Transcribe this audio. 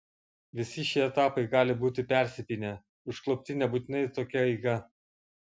visi šie etapai gali būti persipynę užklupti nebūtinai tokia eiga